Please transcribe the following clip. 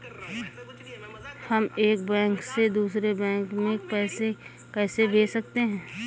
हम एक बैंक से दूसरे बैंक में पैसे कैसे भेज सकते हैं?